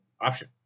option